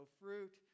fruit